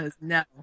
no